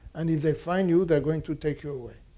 and if they find you, they're going to take you away.